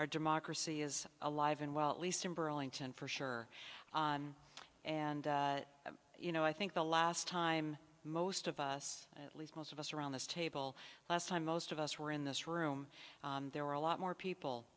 our democracy is alive and well at least in burlington for sure and you know i think the last time most of us at least most of us around this table last time most of us were in this room there were a lot more people